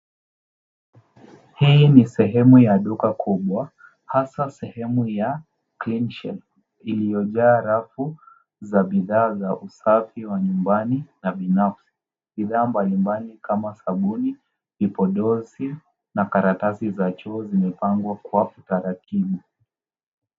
Hii ni sehemu ya duka kubwa hasa sehemu ya Cleanshelf iliyojaa rafu za bidhaa za usafi wa nyumbani na binafsi. Bidhaa mbalimbali kama sabuni na vipodozi na karatasi za choo zimepangwa kwa utaratibu.